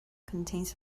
contains